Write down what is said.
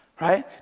Right